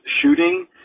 shooting